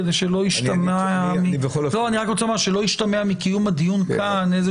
כדי שלא ישתמע מקיום הדיון כאן איזה